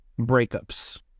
breakups